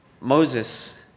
Moses